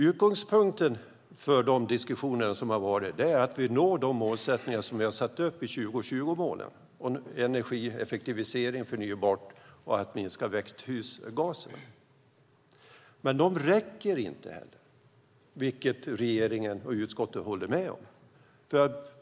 Utgångspunkten för de diskussioner som har varit är att vi når de målsättningar vi har satt upp i 2020-målen om energieffektivisering, förnybar energi och att minska växthusgaserna. Men det räcker inte, vilket regeringen och utskottet håller med om.